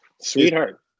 Sweetheart